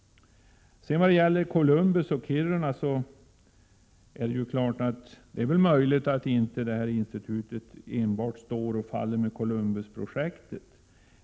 När det gäller Columbusprojektet och institutet för rymdforskning i Kiruna kan jag hålla med om att det är möjligt att institutet inte står och faller med Columbusprojektet.